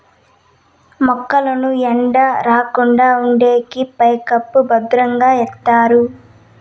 మొక్కలకు ఎండ రాకుండా ఉండేకి పైకప్పు భద్రంగా ఎత్తారు